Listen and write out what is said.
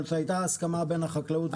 אבל שהייתה הסכמה בין החקלאות לאוצר.